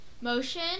Motion